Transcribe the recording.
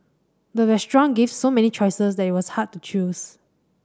the restaurant gave so many choices that it was hard to choose